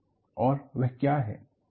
और वह क्या है